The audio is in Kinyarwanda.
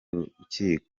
rukiko